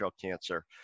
cancer